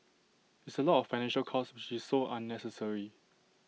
it's A lot of financial cost which's so unnecessary